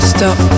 Stop